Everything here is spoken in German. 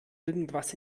irgendwas